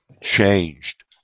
changed